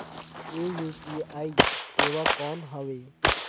ये यू.पी.आई सेवा कौन हवे?